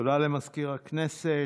תודה למזכיר הכנסת.